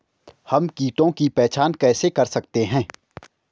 हम कीटों की पहचान कैसे कर सकते हैं?